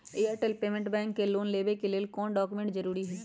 Airtel payments bank से loan लेवे के ले कौन कौन डॉक्यूमेंट जरुरी होइ?